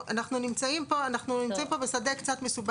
אנחנו נכתוב בהתחשב באמות המידה כי אנחנו נמצאים פה בשדה קצת מסובך,